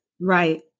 Right